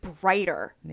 brighter